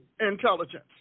intelligence